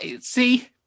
see